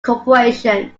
corporation